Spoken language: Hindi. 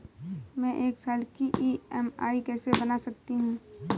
मैं एक साल की ई.एम.आई कैसे बना सकती हूँ?